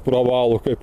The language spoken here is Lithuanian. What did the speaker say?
pravalų kaip